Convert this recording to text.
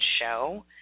show